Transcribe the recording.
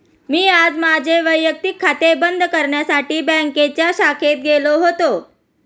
मी आज माझे वैयक्तिक खाते बंद करण्यासाठी बँकेच्या शाखेत गेलो होतो